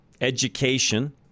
education